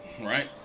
right